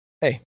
Hey